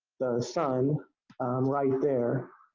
the sun right there